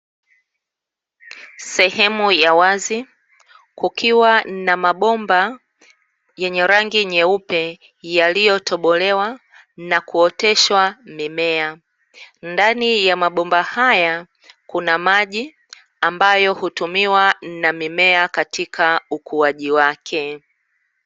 Sehemu ya wazi kukiwa na mabomba yenye rangi nyeupe, yaliyotobolewa na kuoteshwa mimea, ndani ya mabomba haya, kuna maji ambayo hutumiwa na mimea katika ukuaji wake.